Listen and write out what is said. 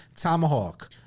Tomahawk